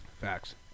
Facts